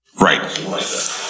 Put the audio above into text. Right